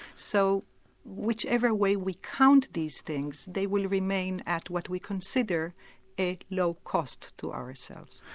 so whichever way we count these things, they will remain at what we consider a low cost to ourselves.